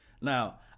Now